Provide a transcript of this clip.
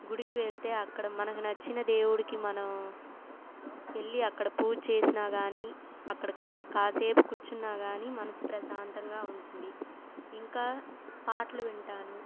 గుడికి వెళ్తే అక్కడ మనకి నచ్చిన దేవుడికి మనం వెళ్ళి అక్కడ పూజ చేసినా కానీ అక్కడ కాసేపు కూర్చున్నా కానీ మనసు ప్రశాంతంగా ఉంటుంది ఇంకా పాటలు వింటాను